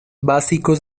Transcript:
básicos